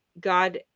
God